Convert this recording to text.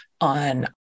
on